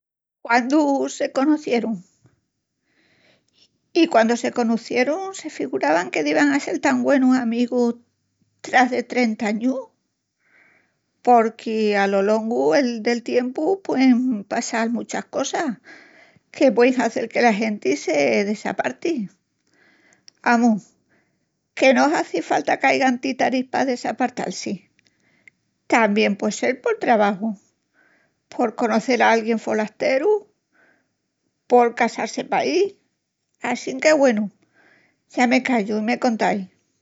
Quándu se conocierun? I quandu se conocierun se figuravan que divan a sel tan güenus amigus tras de trenta añus? Porque alo longu del tiempu puein passal muchas cosas que puein hazel que la genti se desaparti. Amus, que no hazi falta qu'aigan títaris pa desapartal-si. Tamién puei sel por trabaju, por conocel a alguién folasteru, por casal-si paí. Assinque, güenu, ya me callu i me contais...